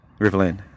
Riverland